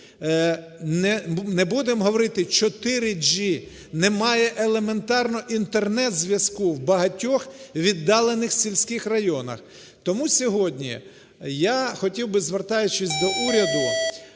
не будемо говорити 4G, немає елементарногоІнтернет-зв'язку в багатьох віддалених сільських районах. Тому сьогодні я хотів би звертаючись до уряду